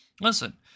Listen